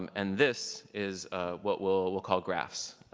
um and this is what we'll we'll call graphs.